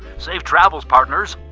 safe travels, partners.